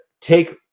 take